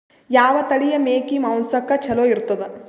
ಯಾವ ತಳಿಯ ಮೇಕಿ ಮಾಂಸಕ್ಕ ಚಲೋ ಇರ್ತದ?